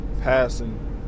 passing